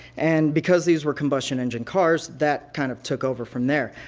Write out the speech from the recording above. and because these were combustion engine cars, that kind of took over from there.